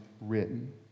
written